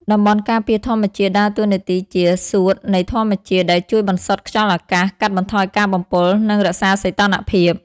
តំបន់ការពារធម្មជាតិដើរតួនាទីជា "សួត" នៃធម្មជាតិ ដែលជួយបន្សុទ្ធខ្យល់អាកាស កាត់បន្ថយការបំពុល និងរក្សាសីតុណ្ហភាព។